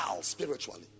spiritually